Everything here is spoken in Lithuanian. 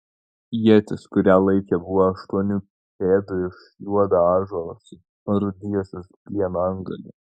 ietis kurią laikė buvo aštuonių pėdų iš juodo ąžuolo su parūdijusio plieno antgaliu